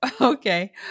Okay